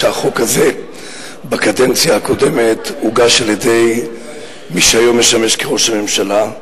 שהחוק הזה הוגש בקדנציה הקודמת על-ידי מי שהיום משמש כראש הממשלה,